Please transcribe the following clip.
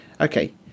okay